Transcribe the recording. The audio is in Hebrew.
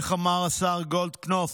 איך אמר השר גולדקנופ?